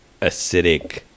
acidic